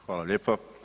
Hvala lijepa.